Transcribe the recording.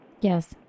Yes